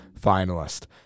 finalist